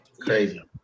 Crazy